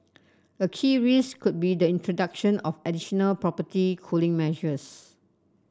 a key risk could be the introduction of additional property cooling measures